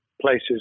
places